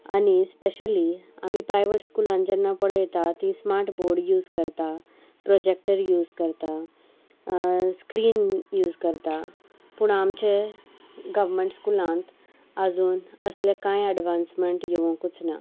आनी स्पेशली आमी प्रायवेट स्कुलान जेन्ना पळयता ती स्मार्ट बोर्ड यूज करतात प्रोजेक्टर यूज करतात स्क्रीन यूज करतात पूण आमचे गव्हमेंट स्कुलांत आजून असले कांय एडवांसमेंट येवंकूच ना